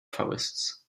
forests